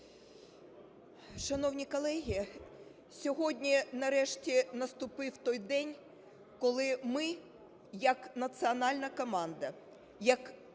Шановні колеги, сьогодні нарешті наступив той день, коли ми як національна команда, як народні